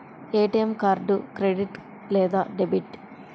ATM card credit లేదా debit?